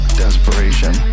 desperation